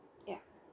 ya